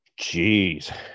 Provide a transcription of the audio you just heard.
Jeez